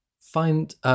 find